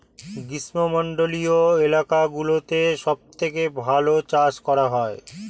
গ্রীষ্মমণ্ডলীয় এলাকাগুলোতে সবথেকে ভালো চাষ করা যায়